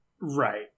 Right